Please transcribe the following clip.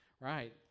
Right